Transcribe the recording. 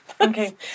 Okay